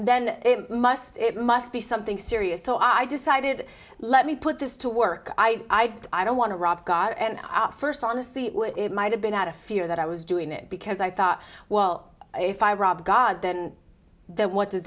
then then it must it must be something serious so i decided let me put this to work i i don't want to rob god and our first honestly it might have been out of fear that i was doing it because i thought well if i rob god then what does